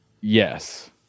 Yes